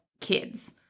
kids